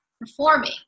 performing